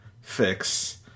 fix